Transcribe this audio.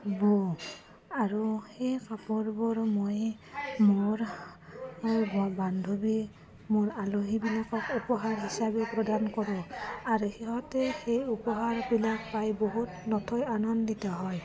বওঁ আৰু সেই কাপোৰবোৰ মই মোৰ মোৰ বান্ধৱী মোৰ আলহীবোৰক উপহাৰ হিচাপে প্ৰদান কৰোঁ আৰু সিহঁতে সেই উপহাৰবিলাক পাই বহুত নথৈ আনন্দিত হয়